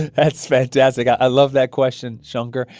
that's fantastic. i love that question, shankar.